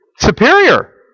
Superior